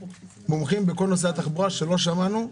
מומחים בכל נושא התחבורה שלא שמענו כאן.